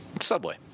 Subway